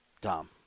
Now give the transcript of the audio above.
Tom